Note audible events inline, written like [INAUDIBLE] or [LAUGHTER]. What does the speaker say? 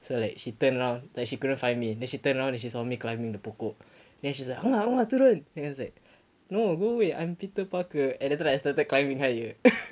so like she turned around like she couldn't find me then she turned around then she saw me climbing the pokok then she's like ah turun then I was like no go away I'm peter parker and after that I started climbing higher [LAUGHS]